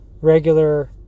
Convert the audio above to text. regular